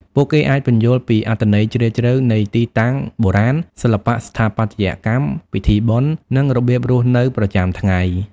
ពួកគេអាចពន្យល់ពី អត្ថន័យជ្រាលជ្រៅ នៃទីតាំងបុរាណ សិល្បៈស្ថាបត្យកម្ម ពិធីបុណ្យ និងរបៀបរស់នៅប្រចាំថ្ងៃ។